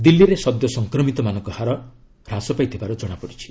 ଦିଲ୍ଲୀରେ ସଦ୍ୟ ସଂକ୍ରମିତମାନଙ୍କ ହାର ମଧ୍ୟ ହ୍ରାସ ପାଇଥିବାର ଜଣାପଡ଼ିଛି